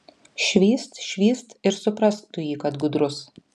švyst švyst ir suprask tu jį kad gudrus